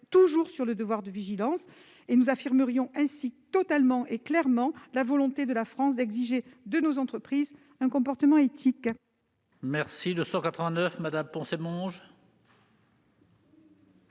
relatifs au devoir de vigilance. Nous affirmerions ainsi totalement et clairement la volonté de la France d'exiger de nos entreprises un comportement éthique.